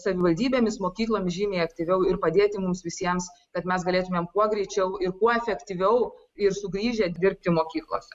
su savivaldybėmis mokyklom žymiai aktyviau ir padėti mums visiems kad mes galėtumėm kuo greičiau ir kuo efektyviau ir sugrįžę dirbti mokyklose